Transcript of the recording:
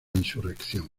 insurrección